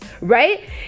right